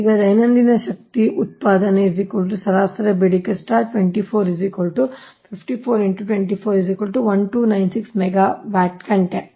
ಈಗ ದೈನಂದಿನ ಶಕ್ತಿ ಉತ್ಪಾದನೆ ಸರಾಸರಿ ಬೇಡಿಕೆ 24 5424 1296 ಮೆಗಾವ್ಯಾಟ್ ಗಂಟೆ